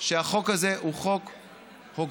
שהחוק הזה הוא חוק הוגן,